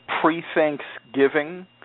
pre-Thanksgiving